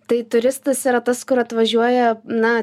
tai turistas yra tas kur atvažiuoja na